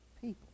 people